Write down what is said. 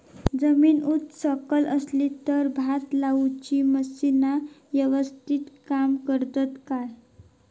जमीन उच सकल असली तर भात लाऊची मशीना यवस्तीत काम करतत काय?